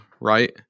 right